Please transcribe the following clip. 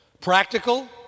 practical